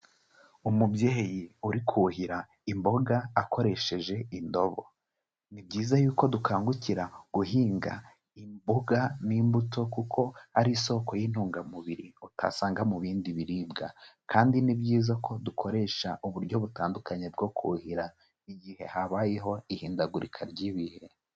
Umubyeyi uri kuhira imboga akoresheje indobo, ni byiza y'uko dukangukira guhinga imboga n'imbuto kuko ari isoko y'intungamubiri utasanga mu bindi biribwa kandi ni byiza ko dukoresha uburyo butandukanye bwo kuhira igihe habayeho ihindagurika ry'ibihe.